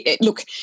Look